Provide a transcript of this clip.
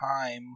time